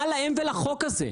מה להם ולחוק הזה?